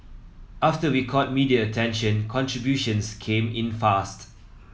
after we caught media attention contributions came in fast